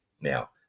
Now